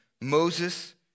Moses